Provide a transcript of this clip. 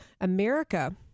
America